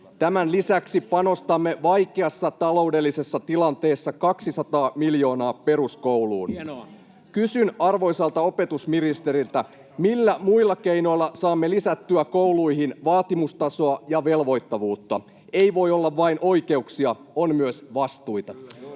Tämän lisäksi panostamme vaikeassa taloudellisessa tilanteessa 200 miljoonaa peruskouluun. Kysyn arvoisalta opetusministeriltä: millä muilla keinoilla saamme lisättyä kouluihin vaatimustasoa ja velvoittavuutta? Ei voi olla vain oikeuksia, on myös vastuita.